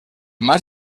mas